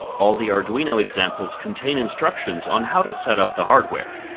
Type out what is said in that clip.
all the arduino examples contain instructions on how to set up the hardware.